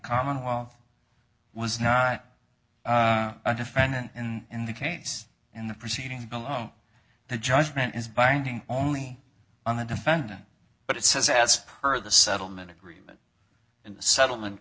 commonwealth was not a defendant in the case and the proceedings below the judgment is binding only on the defendant but it says as per the settlement agreement settlement